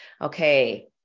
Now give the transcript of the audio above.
Okay